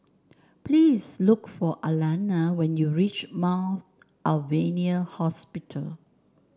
please look for Alana when you reach Mount Alvernia Hospital